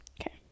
Okay